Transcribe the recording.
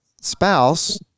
spouse